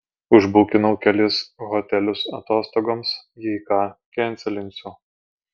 užbukinau kelis hotelius atostogoms jei ką kenselinsiu